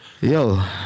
Yo